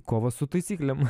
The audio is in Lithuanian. kova su taisyklėm